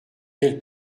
quel